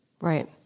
Right